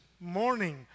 morning